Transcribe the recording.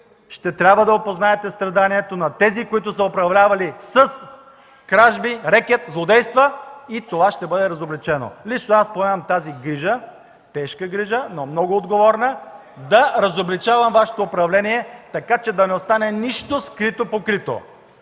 ще трябва да опознаете страданието на тези, които са управлявали с кражби, рекет, злодейства и това ще бъде разобличено. Лично аз поемам тази грижа – тежка грижа, но много отговорна – да разобличавам Вашето управление, така че да не остане нищо скрито покрито.